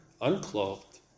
unclothed